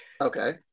okay